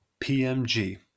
PMG